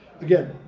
again